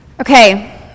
Okay